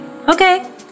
okay